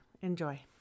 Enjoy